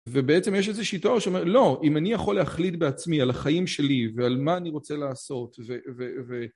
ובעצם יש איזושהי תאוריה שאומרת לא, אם אני יכול להחליט בעצמי על החיים שלי ועל מה אני רוצה לעשות